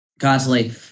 Constantly